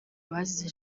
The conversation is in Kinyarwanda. abazize